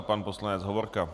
Pan poslanec Hovorka.